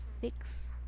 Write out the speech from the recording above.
fix